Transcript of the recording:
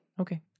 Okay